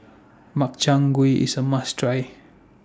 Makchang Gui IS A must Try